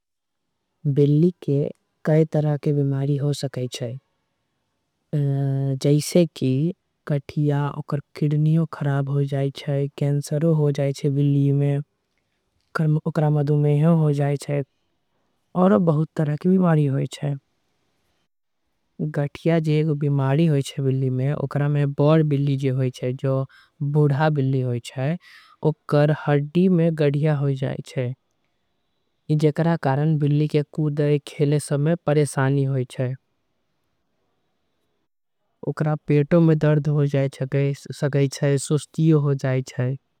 जैसे कि कठिया ओकर किडनीओ खराब होई जाई। छ मधुमेह हो जाई छे गठिया जो बीमारी होई छे। बिल्ली में ओकर हड्डी में गठिया हो जाई छे जैकारा। कारण बिल्ली के खेले कूदे समय परेशानी होय छे। ओकरा पेटो में दर्द होई जाई छे सुस्ती हो जाई छे।